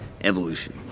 evolution